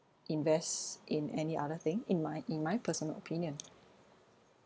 invest in any other thing in my in my personal opinion